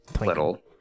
little